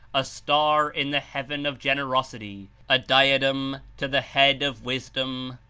a star in the heaven of gen erosity, a diadem to the head of wisdom,